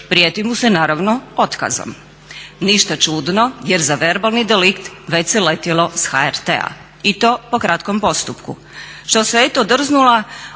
prijeti mu se naravno otkazom. Ništa čudno, jer za verbalni delikt već se letjelo s HRT-a i to po kratkom postupku što se eto drznula